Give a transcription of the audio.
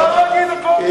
מותר להגיד הכול.